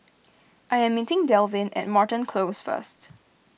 I am meeting Dalvin at Moreton Close first